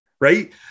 right